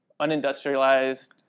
unindustrialized